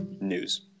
news